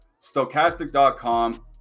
Stochastic.com